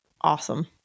awesome